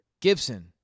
Gibson